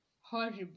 horrible